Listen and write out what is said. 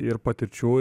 ir patirčių